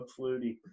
Flutie